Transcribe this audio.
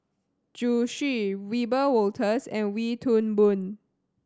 Zhu Xu Wiebe Wolters and Wee Toon Boon